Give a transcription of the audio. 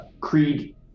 Creed